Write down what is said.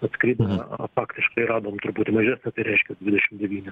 nuskridom a o faktiškai radome truputį mažesnį tai reiškias dvidešim devyni